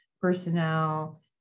personnel